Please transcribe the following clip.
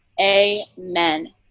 amen